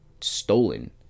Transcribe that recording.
stolen